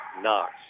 Knox